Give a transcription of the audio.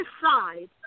decide